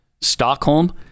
Stockholm